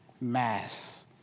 Mass